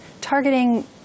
targeting